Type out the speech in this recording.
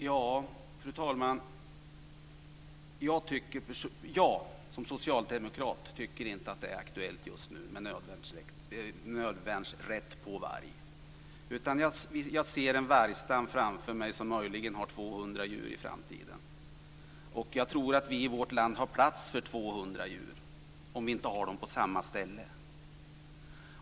Fru talman! Jag tycker som socialdemokrat inte att det är aktuellt just nu med rätt till nödvärn mot varg. Jag ser framför mig en vargstam om möjligen 200 djur i framtiden. Jag tror att vi i vårt land har plats för 200 djur, om vi inte har dem på samma ställe.